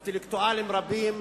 אינטלקטואלים רבים